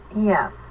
Yes